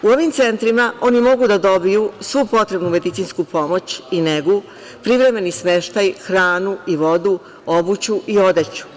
U ovim centrima oni mogu da dobiju svu potrebnu medicinsku pomoć i negu, privremeni smeštaj, hranu i vodu, obuću i odeću.